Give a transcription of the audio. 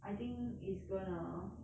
I think is going to